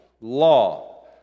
Law